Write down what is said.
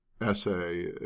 essay